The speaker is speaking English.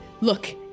look